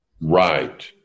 Right